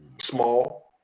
small